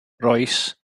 rois